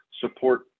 support